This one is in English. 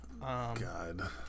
God